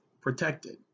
protected